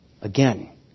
Again